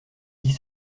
dix